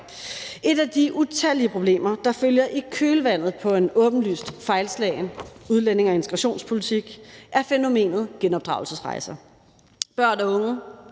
Et af de utallige problemer, der følger i kølvandet på en åbenlyst fejlslagen udlændinge- og integrationspolitik, er fænomenet genopdragelsesrejser: børn og unge,